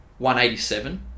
187